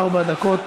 ארבע דקות.